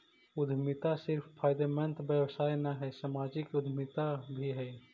उद्यमिता सिर्फ फायदेमंद व्यवसाय न हई, सामाजिक उद्यमिता भी हई